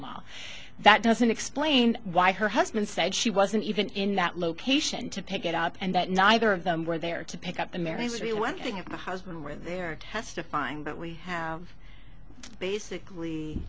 law that doesn't explain why her husband said she wasn't even in that location to pick it up and that neither of them were there to pick up america's reworking of the husband when they're testifying but we have basically